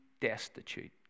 destitute